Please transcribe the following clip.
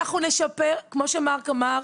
כמו שמארק אמר,